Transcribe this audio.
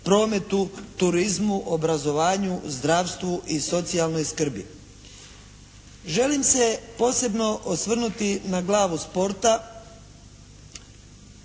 prometu, turizmu, obrazovanju, zdravstvu i socijalnoj skrbi. Želim se posebno osvrnuti na glavu sporta